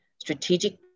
strategic